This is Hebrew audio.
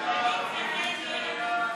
לאה פדידה,